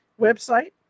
Website